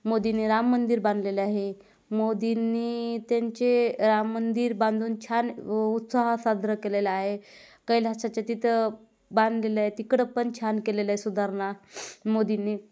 मोदींनी राम मंदिर बांधलेलं आहे मोदींनी त्यांचे राम मंदिर बांधून छान उत्साह साजरं केलेला आहे कैलासाच्या तिथं बांधलेलं आहे तिकडं पण छान केलेलं आहे सुधारणा मोदींनी